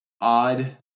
Odd